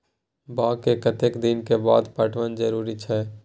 बाग के कतेक दिन के बाद पटवन जरूरी छै?